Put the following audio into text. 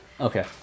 Okay